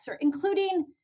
including